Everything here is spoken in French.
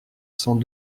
sans